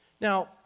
Now